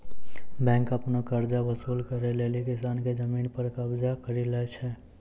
bank आपनो कर्जा वसुल करै लेली किसान के जमिन पर कबजा करि लै छै